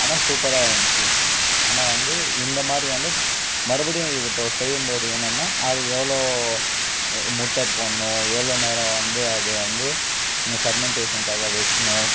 ஆனால் சூப்பராக இருந்துச்சு ஆனால் வந்து இந்த மாதிரி வந்து மறுபடியும் இது இப்போ செய்யும் போது என்னன்னால் அதுக்கு எவ்வளோ முட்டை போடணும் எவ்வளோ நேரம் வந்து அதை வந்து ஃபெர்மன்டேஷன்காக வைக்கணும்